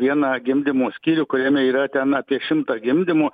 vieną gimdymo skyrių kuriame yra ten apie šimtą gimdymų